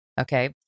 okay